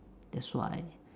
that's why